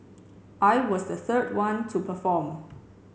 I was the third one to perform